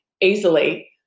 easily